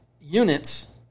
units